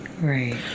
Right